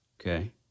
Okay